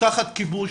תחת כיבוש.